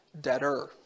debtor